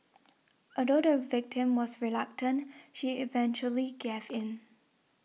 although the victim was reluctant she eventually gave in